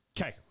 okay